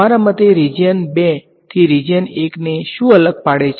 તમારા મતે રીજીયન 2 થી રીજીયન 1 ને શું અલગ પાડે છે